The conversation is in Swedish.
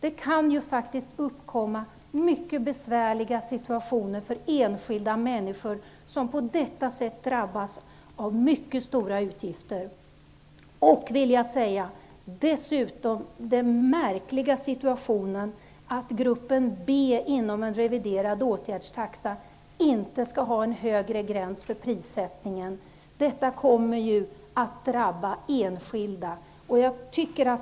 Det kan ju faktiskt uppkomma högst besvärliga situationer för enskilda människor som på detta sätt drabbas av mycket stora utgifter. Jag vill dessutom visa på den märkliga situationen att gruppen B inom en reviderad åtgärdstaxa inte skall ha en högre gräns för prissättningen. Detta kommer att drabba enskilda.